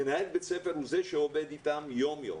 מנהל בית ספר הוא זה שעובד איתם יום-יום,